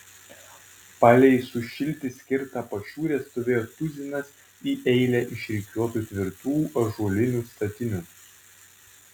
palei sušilti skirtą pašiūrę stovėjo tuzinas į eilę išrikiuotų tvirtų ąžuolinių statinių